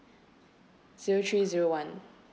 zero three zero one